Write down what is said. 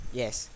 yes